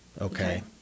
okay